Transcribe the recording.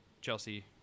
chelsea